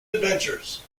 adventures